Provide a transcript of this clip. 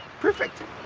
perfect.